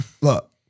Look